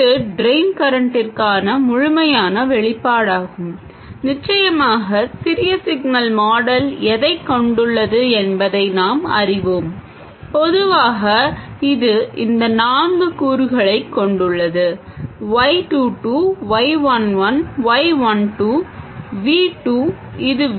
இது ட்ரெய்ன் கரண்ட்டிற்கான முழுமையான வெளிப்பாடாகும் நிச்சயமாக சிறிய சிக்னல் மாடல் எதைக் கொண்டுள்ளது என்பதை நாம் அறிவோம் பொதுவாக இது இந்த நான்கு கூறுகளைக் கொண்டுள்ளது y 2 2 y 1 1 y 1 2 v two இது v